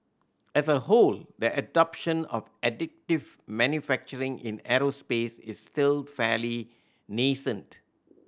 as a whole the adoption of additive manufacturing in aerospace is still fairly nascent